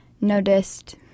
noticed